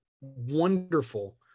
wonderful